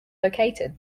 located